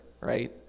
right